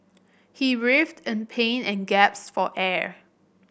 he writhed in pain and gasped for air